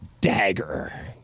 dagger